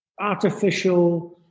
artificial